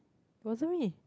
wasn't me